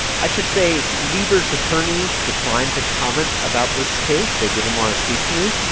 i should say lieber's attorneys declined to comment about this case. they didn't want to speak to me.